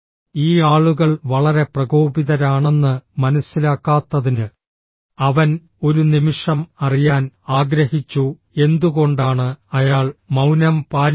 ഈ ആളുകൾ വളരെ പ്രകോപിതരാണെന്ന് മനസ്സിലാക്കാത്തതിന് അവൻ ഒരു നിമിഷം അറിയാൻ ആഗ്രഹിച്ചു എന്തുകൊണ്ടാണ് അയാൾ മൌനം പാലിക്കുന്നത്